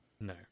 No